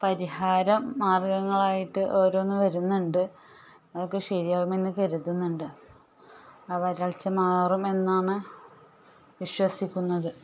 പരിഹാരം മാർഗ്ഗങ്ങളായിട്ട് ഓരോന്ന് വരുന്നുണ്ട് അതൊക്കെ ശെരിയാകുമെന്ന് കരുതുന്നുണ്ട് ആ വരള്ച്ച മാറും എന്നാണ് വിശ്വസിക്കുന്നത്